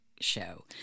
show